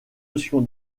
notion